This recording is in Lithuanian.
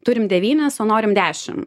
turim devynis o norim dešim